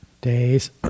days